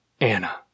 Anna